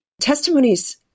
Testimonies